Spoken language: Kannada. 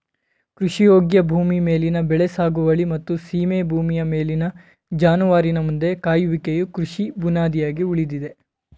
ಕೃಷಿಯೋಗ್ಯ ಭೂಮಿ ಮೇಲಿನ ಬೆಳೆ ಸಾಗುವಳಿ ಮತ್ತು ಸೀಮೆ ಭೂಮಿಯ ಮೇಲಿನ ಜಾನುವಾರಿನ ಮಂದೆ ಕಾಯುವಿಕೆಯು ಕೃಷಿ ಬುನಾದಿಯಾಗಿ ಉಳಿದಿದೆ